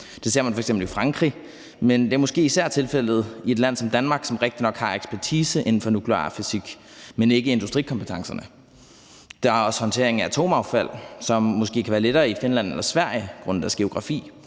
det ser man f.eks. i Frankrig, men det er måske især tilfældet i et land som Danmark, som rigtignok har ekspertise inden for nuklear fysik, men ikke industrikompetencerne. Der er også håndtering af atomaffald, som måske kan være lettere i Finland eller Sverige grundet deres geografi,